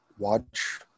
Watch